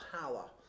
power